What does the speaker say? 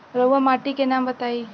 रहुआ माटी के नाम बताई?